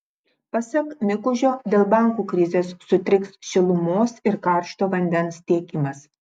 pasak mikužio dėl bankų krizės sutriks šilumos ir karšto vandens tiekimas